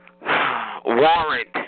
warrant